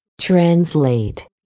Translate